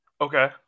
Okay